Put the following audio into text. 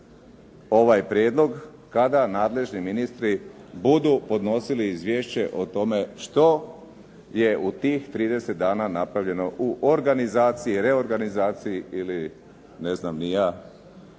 ovaj prijedlog kada nadležni ministri budu podnosili izvješće o tome što je u tih 30 dana napravljeno u organizaciji, reorganizaciji ili ne znam ni ja